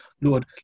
Lord